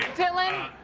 dylan.